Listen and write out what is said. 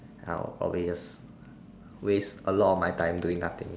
I'll probably just waste a lot of my time doing nothing